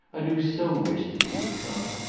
i do so wish that you would come.